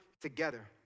together